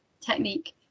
Technique